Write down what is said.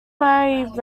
married